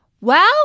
Well